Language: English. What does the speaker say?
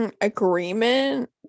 agreement